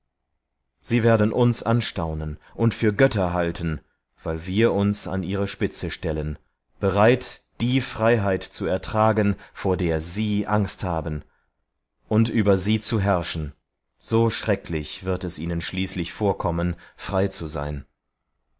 sie werden uns anstaunen und darum für götter halten weil wir nunmehr die herren darin eingewilligt haben die freiheit vor der sie zurückgeschreckt sind auf uns zu nehmen und also die herrschaft zu führen so entsetzlich wird es für sie geworden sein frei zu sein